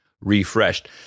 Refreshed